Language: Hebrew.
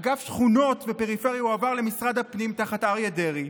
אגף שכונות ופריפריה הועבר למשרד הפנים תחת אריה דרעי.